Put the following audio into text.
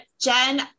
Jen